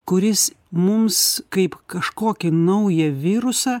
kuris mums kaip kažkokį naują virusą